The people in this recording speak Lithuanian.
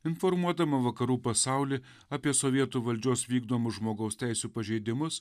informuodama vakarų pasaulį apie sovietų valdžios vykdomus žmogaus teisių pažeidimus